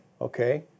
Okay